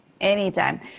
Anytime